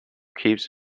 keeps